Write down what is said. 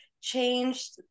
changed